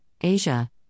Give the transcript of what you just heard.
Asia